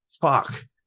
fuck